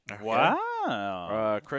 Wow